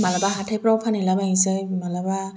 मालाबा हाथायफ्राव फानहैला बायनोसै मालाबा